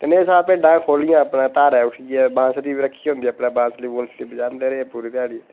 ते कन्नै अस भिड्डां खोलियां अपने धारें उट्ठियै बांसरी रक्खी दी होंदी ही अपने बांसरी बोंसरी बजांदे रेह् पूरी ध्याड़ी